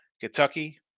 Kentucky